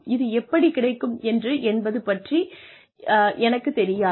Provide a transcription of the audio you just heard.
இது எப்படிக் கிடைக்கும் என்று என்பது பற்றி எனக்குத் தெரியாது